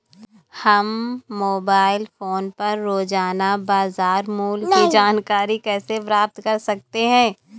हम mobile phone पर रोजाना बाजार मूल्य की जानकारी कैसे प्राप्त कर सकते हैं?